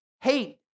hate